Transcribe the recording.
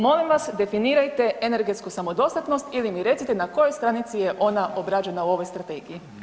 Molim vas, definirajte energetsku samodostatnost ili mi recite na kojoj stranici je ona obrađena u ovoj Strategiji.